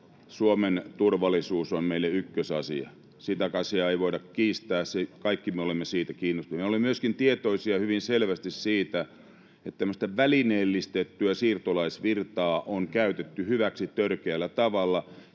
Suomen turvallisuus on meille ykkösasia. Sitä asiaa ei voida kiistää. Kaikki me olemme siitä kiinnostuneita. Me olemme myöskin tietoisia hyvin selvästi siitä, että tämmöistä välineellistettyä siirtolaisvirtaa on käytetty hyväksi törkeällä tavalla,